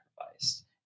sacrificed